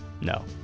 No